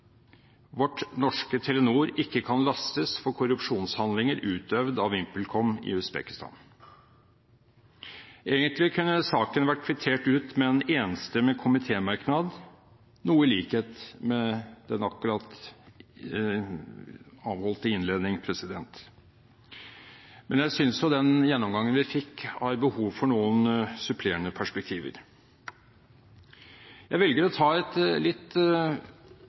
vårt norske Telenor, ikke kan lastes for korrupsjonshandlinger utøvd av VimpelCom i Usbekistan. Egentlig kunne saken vært kvittert ut med en enstemmig komitémerknad, noe i likhet med den avholdt i innledningen. Men jeg synes at gjennomgangen vi fikk, har behov for noen supplerende perspektiver. Jeg velger å ta et litt